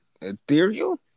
ethereal